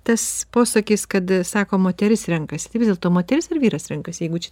tas posakis kad sako moteris renkasi tai vis dėlto moteris ar vyras renkasi jeigu čia